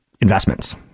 investments